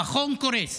המכון קורס.